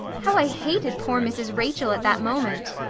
how i hated poor mrs. rachel at that moment!